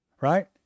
right